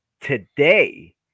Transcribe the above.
today